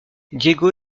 diego